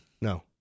No